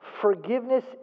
Forgiveness